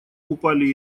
упали